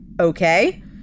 Okay